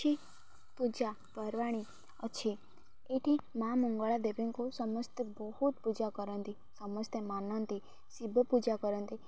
କିଛି ପୂଜାପର୍ବାଣି ଅଛି ଏଠି ମା ମଙ୍ଗଳା ଦେବୀଙ୍କୁ ସମସ୍ତେ ବହୁତ ପୂଜା କରନ୍ତି ସମସ୍ତେ ମାନନ୍ତି ଶିବ ପୂଜା କରନ୍ତି